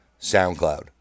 SoundCloud